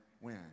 win